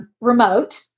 remote